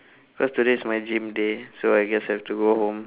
cause today is my gym day so I guess I have to go home